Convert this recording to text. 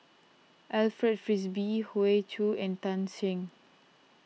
Alfred Frisby Hoey Choo and Tan Shen